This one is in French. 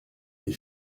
des